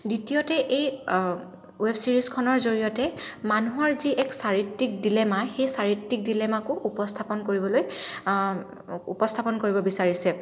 দ্বিতীয়তে এই ৱেব ছিৰিজখনৰ জৰিয়তে মানুহৰ যি এক চাৰিত্ৰিক ডিলেমা সেই চাৰিত্ৰিক ডিলেমাকো উপস্থাপন কৰিবলৈ উপস্থাপন কৰিব বিচাৰিছে